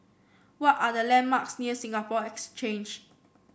what are the landmarks near Singapore Exchange